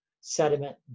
sediment